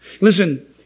Listen